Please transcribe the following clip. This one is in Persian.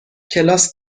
کلاس